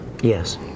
Yes